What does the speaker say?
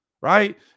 right